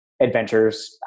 adventures